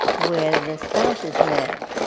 where the spouses met.